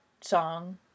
song